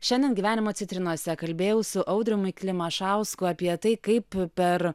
šiandien gyvenimo citrinose kalbėjau su audriumi klimašausku apie tai kaip per